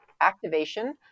activation